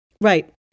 Right